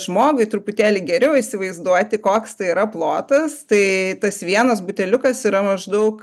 žmogui truputėlį geriau įsivaizduoti koks tai yra plotas tai tas vienas buteliukas yra maždaug